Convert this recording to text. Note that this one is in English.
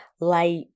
light